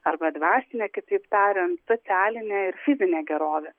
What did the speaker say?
arba dvasinė kitaip tariant socialinė ir fizinė gerovė